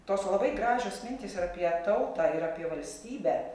tos labai gražios mintys ir apie tautą ir apie valstybę